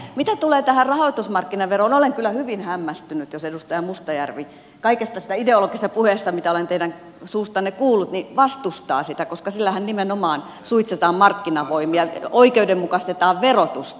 mitä tulee tähän rahoitusmarkkinaveroon olen kyllä hyvin hämmästynyt jos edustaja mustajärvi huolimatta kaikesta siitä ideologisesta puheesta mitä olen teidän suustanne kuullut vastustaa sitä koska sillähän nimenomaan suitsitaan markkinavoimia oikeudenmukaistetaan verotusta